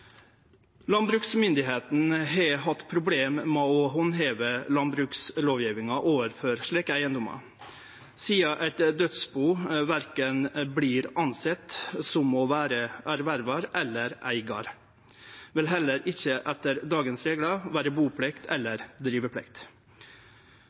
har hatt problem med å handheve landbrukslovgjevinga overfor slike eigedomar. Sidan eit dødsbu verken vert sett på som erverva eller eigd, vil det etter dagens reglar heller ikkje vere buplikt